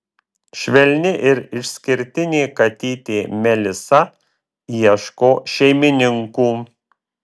švelni ir išskirtinė katytė melisa ieško šeimininkų